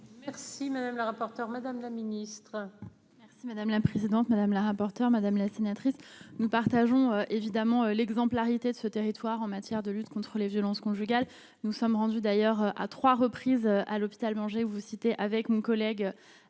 Merci madame la rapporteure, madame la ministre.